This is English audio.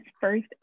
first